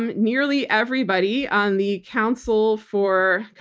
um nearly everybody on the council for.